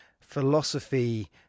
philosophy